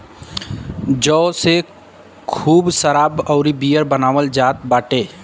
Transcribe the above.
जौ से खूब शराब अउरी बियर बनावल जात बाटे